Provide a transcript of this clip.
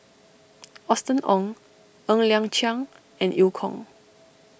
Austen Ong Ng Liang Chiang and Eu Kong